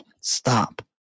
Stop